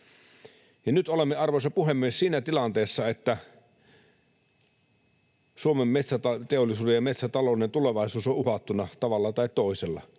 nyt olemme, arvoisa puhemies, siinä tilanteessa, että Suomen metsäteollisuuden ja metsätalouden tulevaisuus on uhattuna tavalla tai toisella.